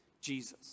Jesus